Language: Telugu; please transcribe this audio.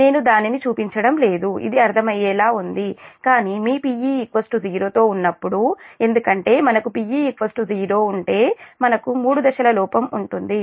నేను దానిని చూపించడం లేదు ఇది అర్థమయ్యేలా ఉంది కానీ మీ Pe0 తో ఉన్నప్పుడు ఎందుకంటే మనకు Pe0 ఉంటే మనకు మూడు దశల లోపం ఉంటుంది